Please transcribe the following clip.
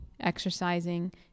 exercising